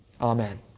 Amen